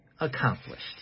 accomplished